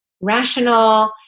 rational